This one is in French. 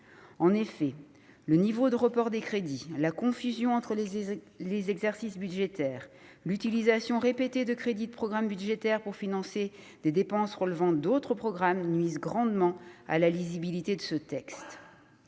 En effet, le niveau de report de crédits, la confusion entre les exercices budgétaires, l'utilisation répétée de crédits de programmes budgétaires pour financer des dépenses relevant d'autres programmes nuisent grandement à la lisibilité de ce texte.